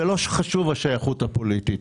ולא חשובה השייכות הפוליטית.